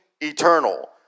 eternal